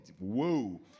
Whoa